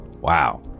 Wow